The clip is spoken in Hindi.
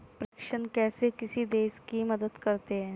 प्रेषण कैसे किसी देश की मदद करते हैं?